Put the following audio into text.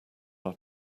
our